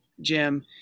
Jim